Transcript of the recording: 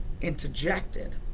interjected